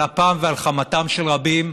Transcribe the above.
על אפם ועל חמתם של רבים,